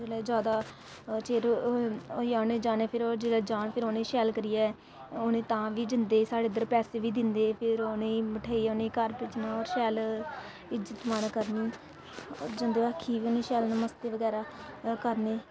जेल्लै जादा चिर होई गेआ उ'नें जाने फिर ओह् जेल्लै जान फिर उ'नेंगी शैल करियै उ'नेंगी तां बी जंदे साढ़े इद्धर पैसे बी दिंदे फिर उ'नेंगी मठेइयै उ'नेंगी घर भेजना होर शैल इज्जत मान करनी होर जंदे बक्खी बी शैल नमस्ते बगैरा करने